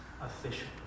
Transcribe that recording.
official